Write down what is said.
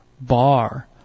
bar